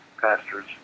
pastors